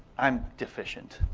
i'm deficient.